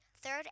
third